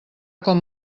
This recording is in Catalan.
com